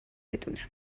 بدونم